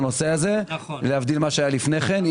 הוא טיפל בנושא הזה להבדיל ממה שהיה לפני כן.